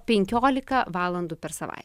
penkioliką valandų per savaitę